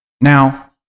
Now